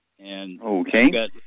Okay